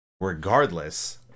Regardless